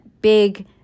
big